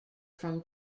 from